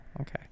okay